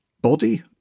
body